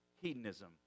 hedonism